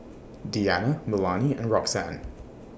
Deanna Melany and Roxanne